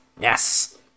yes